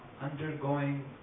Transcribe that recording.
Undergoing